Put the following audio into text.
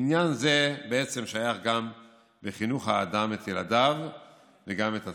עניין זה בעצם שייך גם לחינוך האדם את ילדיו וגם את עצמו.